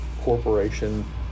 corporation